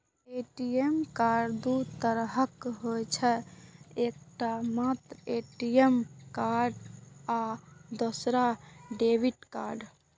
ATM card दू तरहक होइ छै, एकटा मात्र ए.टी.एम कार्ड आ दोसर डेबिट कार्ड